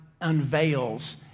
unveils